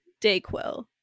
Dayquil